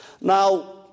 Now